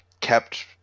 kept